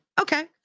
okay